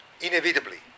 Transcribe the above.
inevitably